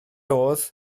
oedd